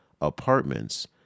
apartments